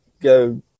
go